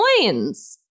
coins